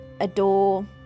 adore